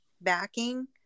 backing